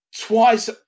twice